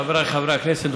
חבריי חברי הכנסת,